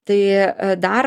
tai dar